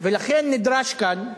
ולכן נדרש כאן,